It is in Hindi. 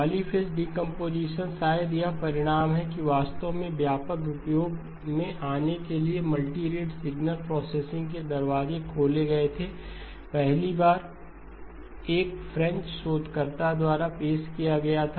पॉलीफ़ेज़ डीकंपोजीशन शायद यह परिणाम है कि वास्तव में व्यापक उपयोग में आने के लिए मल्टी रेट सिग्नल प्रोसेसिंग के दरवाजे खोले गए थे पहली बार एक फ्रेंच शोधकर्ता द्वारा पेश किया गया था